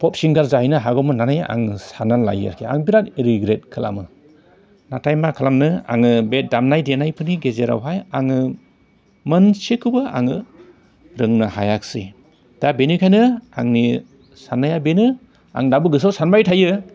top सिंगार जाहैनो हागौमोन होननानै आङो साननानै लायो आरोखि आं बेराद रिग्रेट खालामो नाथाय मा खालामनो आङो बे दामनाय देनायफोरनि गेजेरावहाय आङो मोनसेखौबो आङो रोंनो हायख्सै दा बेनिखायनो आंनि साननाया बेनो आं दाबो गोसोआव सानबाय थायो